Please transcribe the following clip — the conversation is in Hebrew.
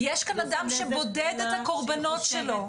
יש כאן אדם שבודד את הקורבנות שלו.